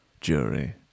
jury